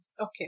okay